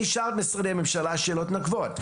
נשאל את משרדי הממשלה שאלות נוקבות.